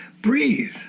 Breathe